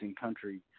country